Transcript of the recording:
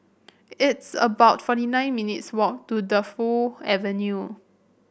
it's about forty nine minutes walk to Defu Avenue